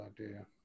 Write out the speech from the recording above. idea